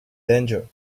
danger